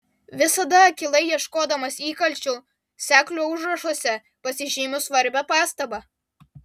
visada akylai ieškodamas įkalčių seklio užrašuose pasižymiu svarbią pastabą